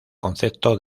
concepto